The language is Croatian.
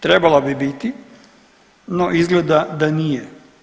Trebalo bi biti, no izgleda da nije.